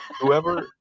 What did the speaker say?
Whoever